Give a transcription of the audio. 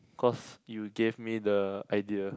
cause you gave me the idea